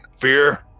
Fear